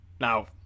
now